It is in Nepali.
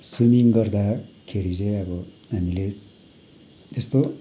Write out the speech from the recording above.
स्विमिङ गर्दाखेरि चाहिँ अब हामीले त्यस्तो